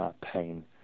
pain